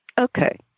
Okay